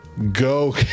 go